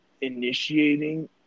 initiating